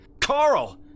Carl